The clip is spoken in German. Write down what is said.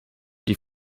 die